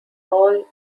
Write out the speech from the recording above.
all